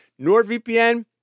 NordVPN